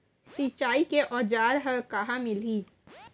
सिंचाई के औज़ार हा कहाँ मिलही?